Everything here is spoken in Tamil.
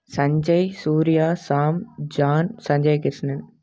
சஞ்சய் சூரியா ஷாம் ஜான் சஞ்சய் கிருஷ்ணன்